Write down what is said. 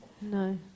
No